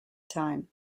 time